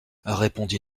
répondit